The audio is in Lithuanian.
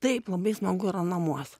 taip labai smagu yra namuose